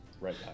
right